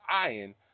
iron